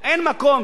ארצות-הברית,